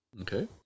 Okay